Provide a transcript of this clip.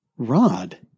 Rod